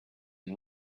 and